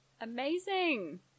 Amazing